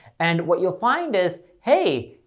and what you'll find is, hey,